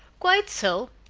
quite so.